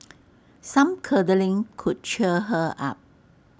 some cuddling could cheer her up